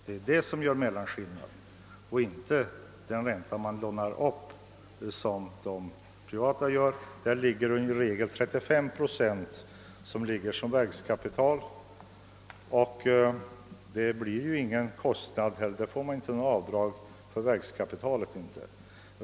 Det är detta som gör mellanskillnaden och inte räntan på lånat ka pital. Hos de privata är i regel 35 procent verkskapital, och för detta får de inte göra något ränteavdrag.